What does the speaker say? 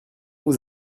vous